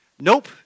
Nope